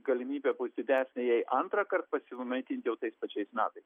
galimybė bus didesnė jei antrąkart pasimaitinti jau tais pačiais metais